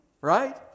Right